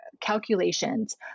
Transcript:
calculations